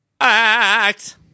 Act